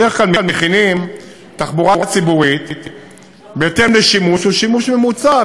בדרך כלל מכינים תחבורה ציבורית בהתאם לשימוש הממוצע,